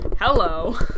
Hello